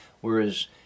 Whereas